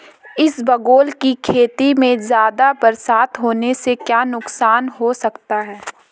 इसबगोल की खेती में ज़्यादा बरसात होने से क्या नुकसान हो सकता है?